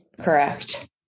Correct